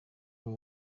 bwo